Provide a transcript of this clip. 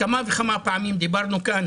כמה וכמה פעמים דיברנו כאן,